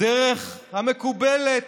דרך המקובלת,